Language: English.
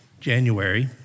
January